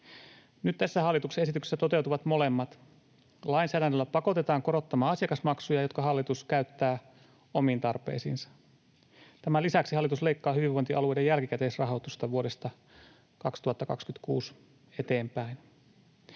Nyt tässä hallituksen esityksessä toteutuvat molemmat. Lainsäädännöllä pakotetaan korottamaan asiakasmaksuja, jotka hallitus käyttää omiin tarpeisiinsa. Tämän lisäksi hallitus leikkaa hyvinvointialueiden jälkikäteisrahoitusta vuodesta 2026 eteenpäin.